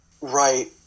right